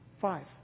Five